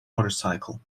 motorcycle